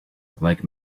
like